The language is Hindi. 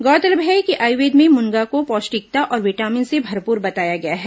गौरतलब है कि आयुर्वेद में मुनगा को पौष्टिकता और विटामिन से भरपूर बताया गया है